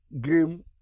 game